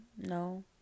no